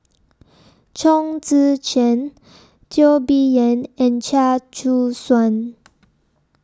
Chong Tze Chien Teo Bee Yen and Chia Choo Suan